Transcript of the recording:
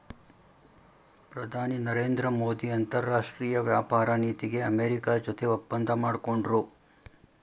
ಪ್ರಧಾನಿ ನರೇಂದ್ರ ಮೋದಿ ಅಂತರಾಷ್ಟ್ರೀಯ ವ್ಯಾಪಾರ ನೀತಿಗೆ ಅಮೆರಿಕ ಜೊತೆ ಒಪ್ಪಂದ ಮಾಡ್ಕೊಂಡ್ರು